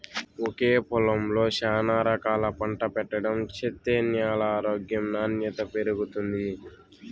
ఒకే పొలంలో శానా రకాలు పంట పెట్టడం చేత్తే న్యాల ఆరోగ్యం నాణ్యత పెరుగుతుంది